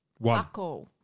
One